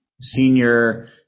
senior